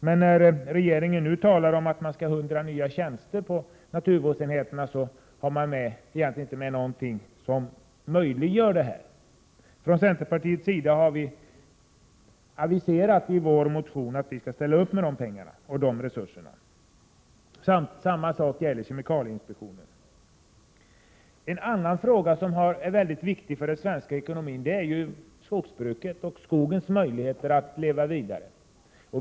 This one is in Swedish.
Men när regeringen nu talar om 100 nya tjänster på naturvårdsenheterna har man egentligen inte med någonting som möjliggör detta. Från centerpartiets sida har vi i vår motion aviserat att vi skall ställa upp med de nödvändiga resurserna. Samma sak gäller kemikalieinspektionen. En annan fråga som är mycket viktig för den svenska ekonomin är skogsbruket och skogens möjligheter att leva vidare.